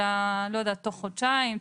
אלא תוך חודשיים,